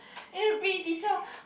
every p_e teacher